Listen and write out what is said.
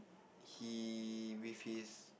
he with his